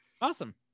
Awesome